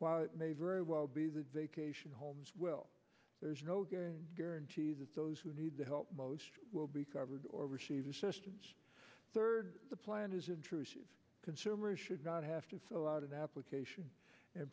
while it may very well be the vacation homes well there's no guarantee that those who need the help most will be covered or receive assistance third the plan is intrusive consumers should not have to fill out an application and